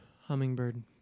Hummingbird